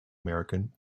american